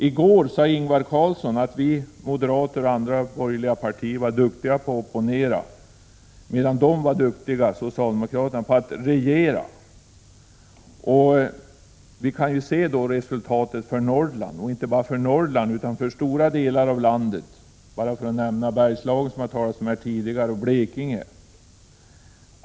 I går sade statsminister Ingvar Carlsson att vi moderater och andra borgerliga partier var duktiga på att opponera, medan socialdemokraterna var duktiga på att regera. Vi kan se resultatet för Norrland = ja, inte bara för Norrland utan för stora delar av landet, t.ex. Bergslagen, som man talat om här tidigare, och Blekinge.